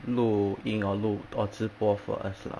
录音 or 录 or 直播 for us lah